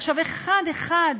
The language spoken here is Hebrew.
עכשיו, אחת-אחת